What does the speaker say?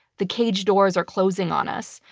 the cage doors are closing on us,